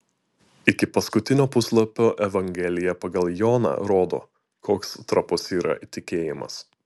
iki paskutinio puslapio evangelija pagal joną rodo koks trapus yra tikėjimas